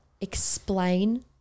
explain